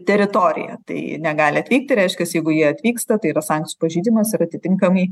teritoriją tai negali atvykti reiškias jeigu jie atvyksta tai yra sankcijų pažeidimas ir atitinkamai